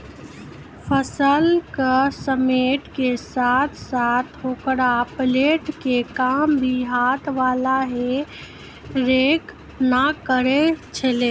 फसल क समेटै के साथॅ साथॅ होकरा पलटै के काम भी हाथ वाला हे रेक न करै छेलै